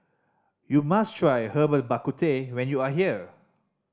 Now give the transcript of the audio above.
you must try Herbal Bak Ku Teh when you are here